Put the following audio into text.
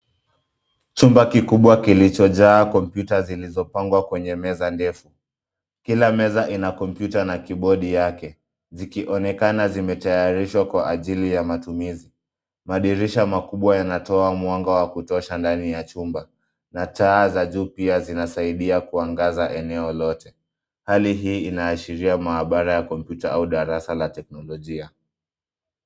Chumba kikubwa kilichojaa kompyuta zilizopangwa kwenye meza ndefu. Kila meza ina kompyuta na kibodi yake zikionekana zimetayarishwa kwa ajili ya matumizi. Madirisha makubwa yanatoa mwanga wa kutosha ndani ya chumba na taa za juu pia zinasaidia kuangaza eneo lote. Hali hii inaashiria maabara ya kompyuta au darasa la teknolojia.